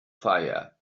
fire